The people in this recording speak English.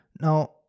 now